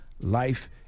Life